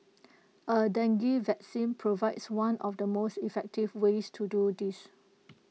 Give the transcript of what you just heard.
A dengue vaccine provides one of the most effective ways to do this